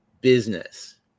business